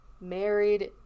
married